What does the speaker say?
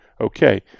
Okay